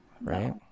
Right